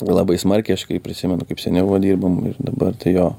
labai smarkiai aš kaip prisimenu kaip seniau va dirbom ir dabar tai jo